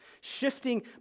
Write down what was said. shifting